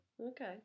Okay